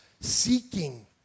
seeking